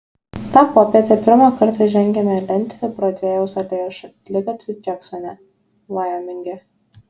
tą popietę pirmą kartą žengiame lentiniu brodvėjaus alėjos šaligatviu džeksone vajominge